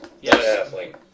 Yes